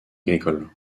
agricoles